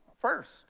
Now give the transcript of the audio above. first